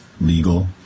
legal